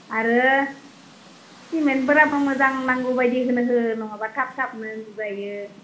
आरो सिमेन्टफोराबो मोजां नांगौबायदि होनो हो नङाब्ला थाब थाबनो गुगायो